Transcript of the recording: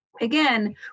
Again